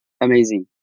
amazing